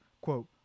quote